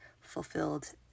fulfilled